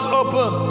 open